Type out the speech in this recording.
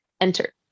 enter